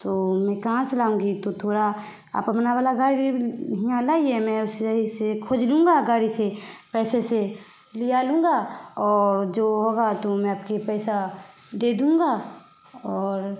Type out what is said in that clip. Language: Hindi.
तो मैं कहाँ से लाऊँगी तो थोड़ा आप अपना वाला घर ही यहाँ लाइए मैं उसे सही से खोज लूँगा गाड़ी से पैसे से लिया लूँगा और जो होगा तो मैं आपकी पैसा दे दूँगा और